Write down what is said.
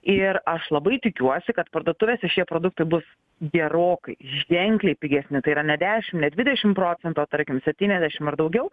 ir aš labai tikiuosi kad parduotuvėse šie produktai bus gerokai ženkliai pigesni tai yra ne dešimt ne dvidešimt procentų o tarkim septyniasdešimt ar daugiau